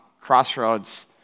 Crossroads